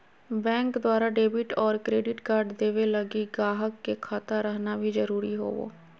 bank द्वारा debit और credit card देवे लगी गाहक के खाता रहना भी जरूरी होवो